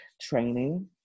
training